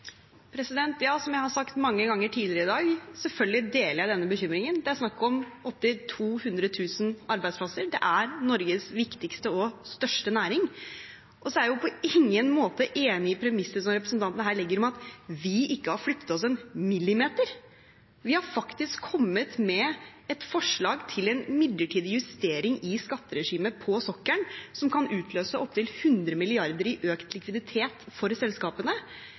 Som jeg har sagt mange ganger tidligere i dag, deler jeg selvfølgelig denne bekymringen. Det er snakk om opptil 200 000 arbeidsplasser. Det er Norges viktigste og største næring. Så er jeg på ingen måte enig i premisset som representanten her legger, om at vi ikke har flyttet oss en millimeter. Vi har faktisk kommet med et forslag til en midlertidig justering i skatteregimet på sokkelen som kan utløse opptil 100 mrd. kr i økt likviditet for selskapene.